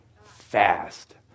Fast